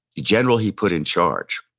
the general he put in charge,